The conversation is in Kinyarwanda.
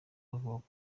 bavuga